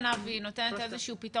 לפעילות".